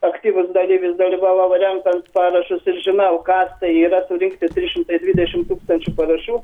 aktyvus dalyvis dalyvavau renkant parašus ir žinau kas tai yra surinkti trys šimtai dvidešim tūkstančių parašų